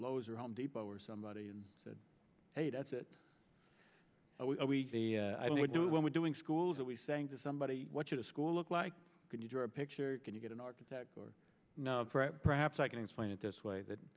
lowe's or home depot or somebody and said hey that's it we would do when we're doing schools are we saying to somebody what you to school look like can you draw a picture can you get an architect or perhaps i can explain it this way that